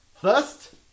First